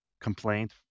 complaint